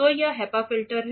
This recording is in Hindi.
तो यह HEPA फ़िल्टर है